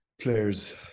players